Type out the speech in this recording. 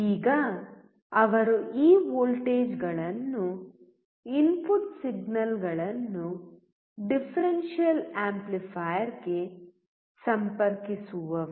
ಈಗ ಅವರು ಈ ವೋಲ್ಟೇಜ್ಗಳನ್ನು ಇನ್ಪುಟ್ ಸಿಗ್ನಲ್ಗಳನ್ನು ಡಿಫರೆನ್ಷಿಯಲ್ ಆಂಪ್ಲಿಫೈಯರ್ಗೆ ಸಂಪರ್ಕಿಸುವರು